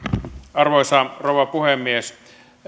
arvoisa rouva puhemies